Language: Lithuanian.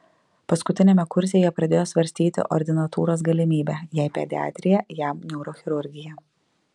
paskutiniame kurse jie pradėjo svarstyti ordinatūros galimybę jai pediatrija jam neurochirurgija